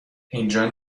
اینجا